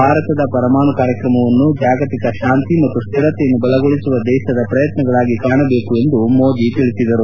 ಭಾರತದ ಪರಮಾಣು ಕಾರ್ಯಕ್ರಮವನ್ನು ಜಾಗತಿಕ ಶಾಂತಿ ಮತ್ತು ಸ್ವಿರತೆಯನ್ನು ಬಲಗೊಳಿಸುವ ದೇಶದ ಪ್ರಯತ್ವಗಳಾಗಿ ಕಾಣಬೇಕು ಎಂದು ಅವರು ಹೇಳಿದರು